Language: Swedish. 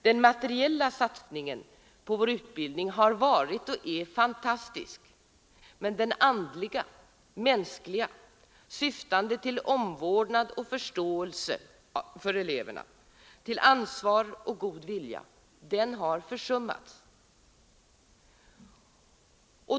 Den materiella satsningen på vår utbildning har varit och är fantastisk — men den andliga, mänskliga, syftande till omvårdnad av och förståelse för eleverna, till ansvar och god vilja, den har försummats.